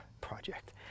project